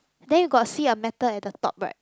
then you got see a metal at the top right